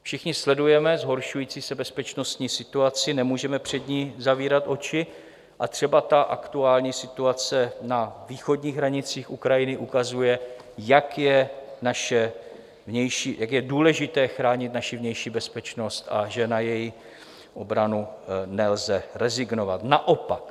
Všichni sledujeme zhoršující se bezpečnostní situaci, nemůžeme před ní zavírat oči, a třeba aktuální situace na východních hranicích Ukrajiny ukazuje, jak je důležité chránit naši vnější bezpečnost a že na její obranu nelze rezignovat, naopak.